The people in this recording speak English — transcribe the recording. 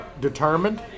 Determined